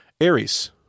Aries